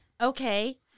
okay